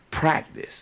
practice